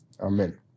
Amen